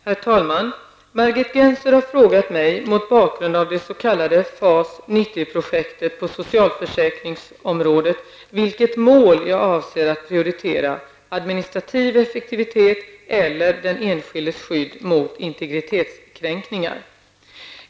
Herr talman! Margit Gennser har frågat mig mot bakgrund av det s.k. FAS 90-projektet på socialförsäkringsområdet vilket mål jag avser att prioritera -- administrativ effektivitet eller den enskildes skydd mot integritetskränkningar.